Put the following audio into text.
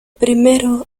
primero